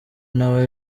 nawe